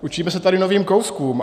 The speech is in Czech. Učíme se tady novým kouskům.